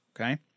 Okay